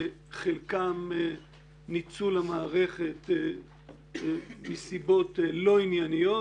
חלקן ניצול המערכת מסיבות לא ענייניות